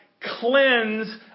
cleanse